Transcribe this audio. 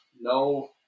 no